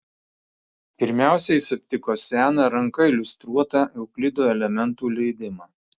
pirmiausia jis aptiko seną ranka iliustruotą euklido elementų leidimą